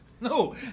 No